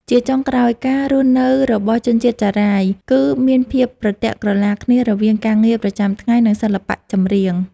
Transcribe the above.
ជាចុងក្រោយ ការរស់នៅរបស់ជនជាតិចារាយគឺមានភាពប្រទាក់ក្រឡាគ្នារវាងការងារប្រចាំថ្ងៃ និងសិល្បៈចម្រៀង។